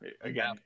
again